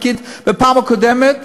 חוק משפט חבר הכנסת ניסן,